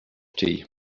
tea